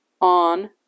on